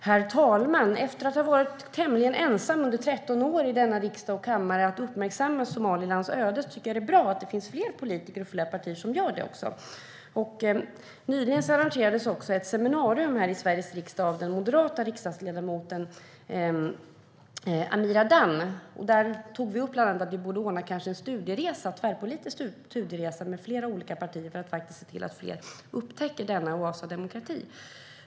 Herr talman! Efter att i 13 år ha varit tämligen ensam i denna riksdag och kammare om att uppmärksamma Somalilands öde tycker jag att det är bra att det nu finns fler politiker och partier som gör det. Nyligen arrangerades ett seminarium här i Sveriges riksdag av den moderata riksdagsledamoten Amir Adan, och där tog vi bland annat upp att vi kanske borde ordna en tvärpolitisk studieresa med flera olika partier för att se till att fler upptäcker denna oas av demokrati.